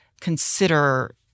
consider